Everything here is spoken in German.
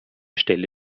stelle